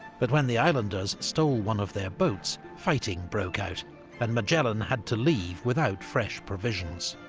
but when the islanders stole one of their boats, fighting broke out and magellan had to leave without fresh provisions.